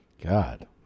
god